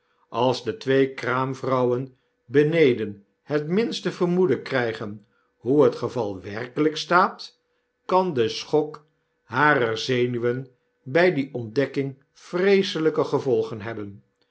als de twee kraamvrouwen beneden het minste vermoeden krijgen hoe het geval werkelijk staat kan de schok harer zenuwen by die ontdekking vreeselyke gevolgen hebben